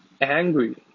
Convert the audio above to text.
Angry